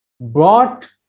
brought